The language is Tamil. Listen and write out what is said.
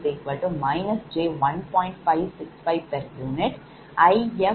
1235 pu If24 j1